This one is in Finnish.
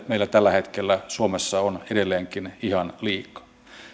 meillä tällä hetkellä suomessa on edelleenkin ihan liikaa